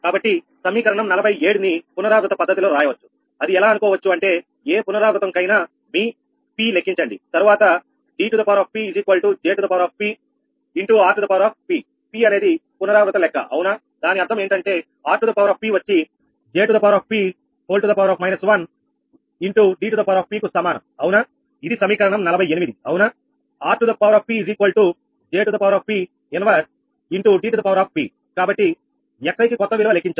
కాబట్టి సమీకరణం 47 ని పునరావృత పద్ధతిలో రాయవచ్చు అది ఎలా అనుకోవచ్చు అంటే ఏ పునరావృతం కైనా మీ P లెక్కించండి తరువాత 𝐷 𝐽 ∗ 𝑅P అనేది పునరావృత లెక్క అవునా దాని అర్థం ఏంటంటే 𝑅 వచ్చి 𝐽 1 ∗ 𝐷 కు సమానం అవునా ఇది సమీకరణం 48 అవునా 𝑅 𝐽 1 ∗ 𝐷 కాబట్టి xi కి కొత్త విలువ లెక్కించాము